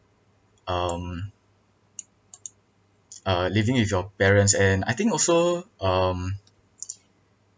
um uh living with your parents and I think also um